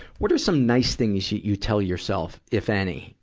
what are some nice things you, you tell yourself, if any,